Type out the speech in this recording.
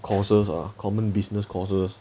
courses ah common business courses